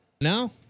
Now